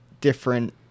different